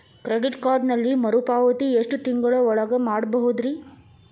Credit ಕಾರ್ಡಿನಲ್ಲಿ ಮರುಪಾವತಿ ಎಷ್ಟು ತಿಂಗಳ ಒಳಗ ಮಾಡಬಹುದ್ರಿ?